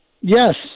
Yes